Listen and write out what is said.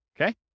Okay